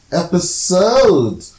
episode